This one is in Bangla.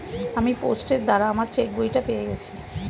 আমি পোস্টের দ্বারা আমার চেকবইটা পেয়ে গেছি